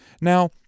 Now